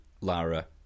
Lara